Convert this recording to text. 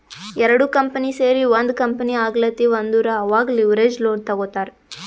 ಎರಡು ಕಂಪನಿ ಸೇರಿ ಒಂದ್ ಕಂಪನಿ ಆಗ್ಲತಿವ್ ಅಂದುರ್ ಅವಾಗ್ ಲಿವರೇಜ್ ಲೋನ್ ತಗೋತ್ತಾರ್